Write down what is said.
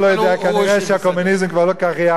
כנראה הקומוניזם כבר לא כל כך ריאלי היום.